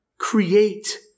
Create